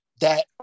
that-